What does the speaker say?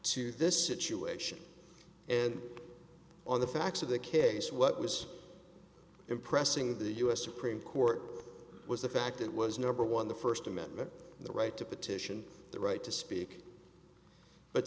to this situation and on the facts of the case what was impressing the u s supreme court was the fact it was number one the first amendment the right to petition the right to speak but